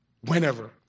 whenever